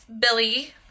Billy